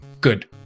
good